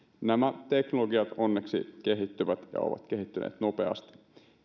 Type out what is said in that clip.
nämä teknologiat onneksi kehittyvät ja ovat kehittyneet nopeasti